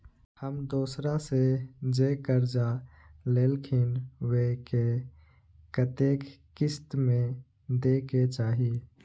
हम दोसरा से जे कर्जा लेलखिन वे के कतेक किस्त में दे के चाही?